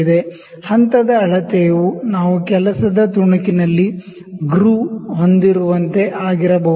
step measurement ವು ನಾವು work piece ನಲ್ಲಿ ಗ್ರೂವ್ ಹೊಂದಿರುವಂತೆ ಆಗಿರಬಹುದು